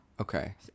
Okay